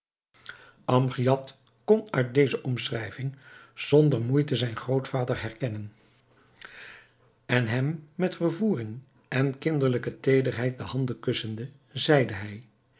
amgiad kon uit deze omschrijving zonder moeite zijn grootvader herkennen en hem met vervoering en kinderlijke teederheid de handen kussende zeide hij